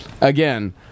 again